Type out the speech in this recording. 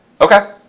Okay